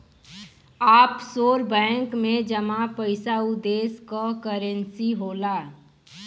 offshore bank में जमा पइसा उ देश क करेंसी होला